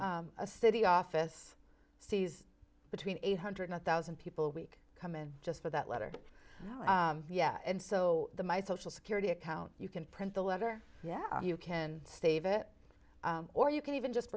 a city office sees between eight hundred nine thousand people week come in just for that letter yeah and so my social security account you can print the letter yeah you can stave it or you can even just